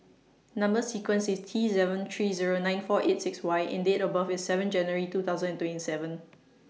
Number sequence IS T seven three Zero nine four eight six Y and Date of birth IS seven January two thousand and twenty seven